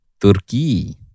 Turkey